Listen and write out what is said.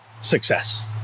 success